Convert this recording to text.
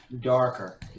darker